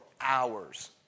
hours